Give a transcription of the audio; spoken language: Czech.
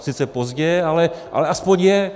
Sice pozdě, ale aspoň je.